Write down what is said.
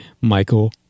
Michael